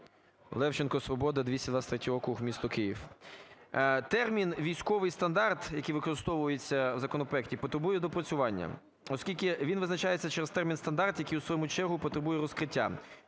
Левченко, "Свобода", 223 округ, місто Київ. Термін "військовий стандарт", який використовується в законопроекті, потребує доопрацювання, оскільки він визначається через термін "стандарт", який в свою чергу потребує розкриття.